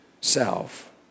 self